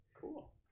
Cool